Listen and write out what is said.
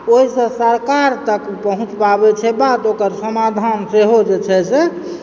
ओहिसँ सरकार तक पहुँच पाबैत छै बात ओकर समाधान सेहो जे छै से